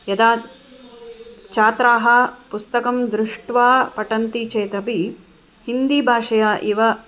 यदा छात्राः पुस्तकं दृष्ट्वा पठन्ति चेतपि हिन्दीभाषया एव